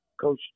Coach